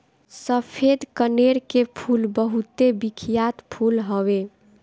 सफ़ेद कनेर के फूल बहुते बिख्यात फूल हवे